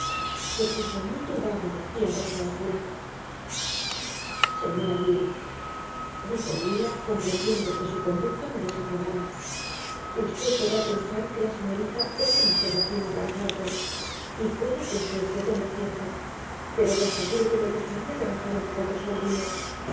se puso muy turbado y empezó a jurar señora dean dijo zillah comprendiendo que su conducta me desagradaba usted podrá pensar que la señorita es demasiado fina para hareton y puede que esté usted en lo cierto pero le aseguro que me gustaría rebajar un poco su orgullo